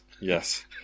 Yes